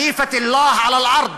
(אומר דברים בשפה הערבית.)